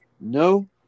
No